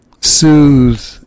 soothe